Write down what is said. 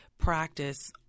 practice